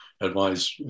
advise